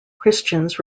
christians